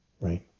right